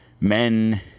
Men